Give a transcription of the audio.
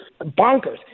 bonkers